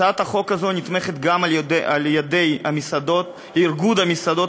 הצעת החוק הזאת נתמכת גם על-ידי איגוד המסעדות